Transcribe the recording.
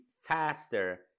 faster